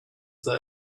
that